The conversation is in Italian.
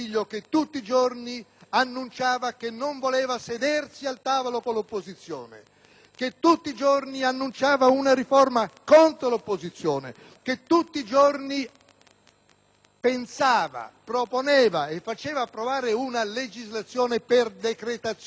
che tutti i giorni annunciava una riforma contro l'opposizione, che tutti i giorni pensava, proponeva e faceva approvare una legislazione per decretazione d'urgenza: 35 decreti in nove mesi, signor Ministro della giustizia!